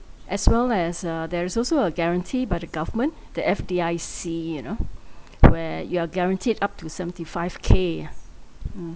as well as uh there's also a guaranty by the government the F_D_I_C you know where you are guaranteed up to seventy five K ah mm